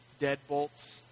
deadbolts